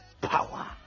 power